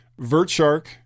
VertShark